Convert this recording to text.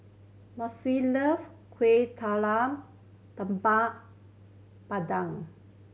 Mossie love Kueh Talam Tepong Pandan